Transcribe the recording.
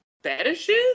fetishes